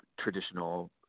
traditional